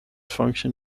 function